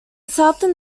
southern